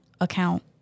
account